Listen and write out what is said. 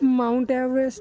mount everest